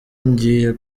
ngiye